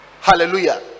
Hallelujah